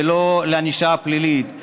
ולא של ענישה פלילית.